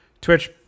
Twitch